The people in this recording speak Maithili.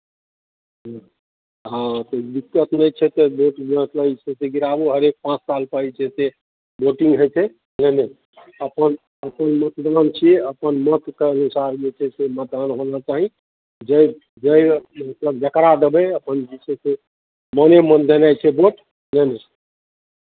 ह्म्म हँ कोइ दिक्कत नहि छै तऽ वोट मतलब जे छै से गिराबू हरेक पाँच सालपर जे छै से वोटिंग होइ छै बुझलियै अपन अपन मतदान छियै अपन मतके अनुसार जे छै से मतदान होना चाही जाहि जाहि मतलब जकरा देबै अपन जे छै से मोने मोन देनाइ छै भोट बुझलियै